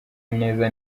neza